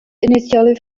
initially